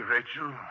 Rachel